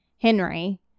Henry